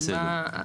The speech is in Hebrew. בסדר.